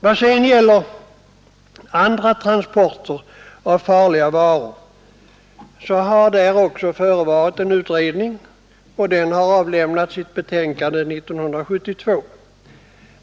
Vad sedan gäller andra transporter av farliga varor har det också förevarit en utredning, och den har avlämnat sitt betänkande år 1972.